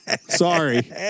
Sorry